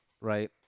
right